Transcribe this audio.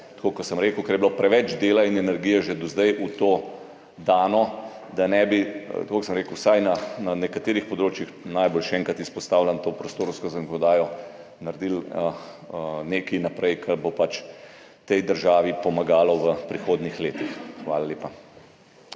tako kot sem rekel, ker je bilo preveč dela in energije že do zdaj v to danih, da ne bi, tako kot sem rekel, vsaj na nekaterih področjih, najbolj še enkrat izpostavljam to prostorsko zakonodajo, naredili nečesa naprej, kar bo pač tej državi pomagalo v prihodnjih letih. Hvala lepa.